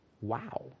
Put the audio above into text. Wow